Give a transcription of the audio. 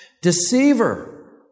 Deceiver